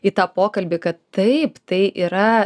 į tą pokalbį kad taip tai yra